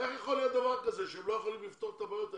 איך יכול להיות דבר כזה שהם לא יכולים לפתור את הבעיות האלה?